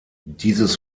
dieses